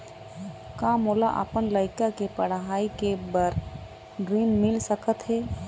का मोला अपन लइका के पढ़ई के बर ऋण मिल सकत हे?